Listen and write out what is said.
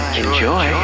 enjoy